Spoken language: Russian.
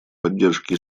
поддержке